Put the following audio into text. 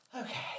Okay